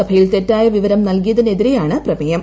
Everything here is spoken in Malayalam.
സഭയിൽ തെറ്റായ വിവരം നൽകിയതിനെതിരെയാണ് പ്രമേയം